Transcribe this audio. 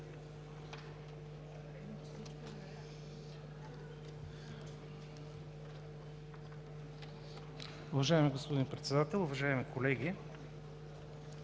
Уважаеми господин Председател, уважаеми колеги!